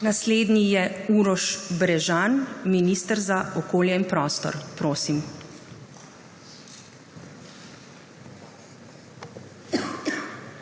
Naslednji je Uroš Brežan, minister za okolje in prostor. Prosim.